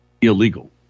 illegal